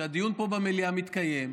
כשהדיון פה במליאה מתקיים,